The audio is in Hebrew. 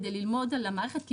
כדי ללמוד על המערכת,